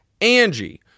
Angie